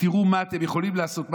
תראו מה אתם יכולים לעשות,